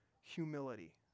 humility